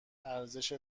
ارزش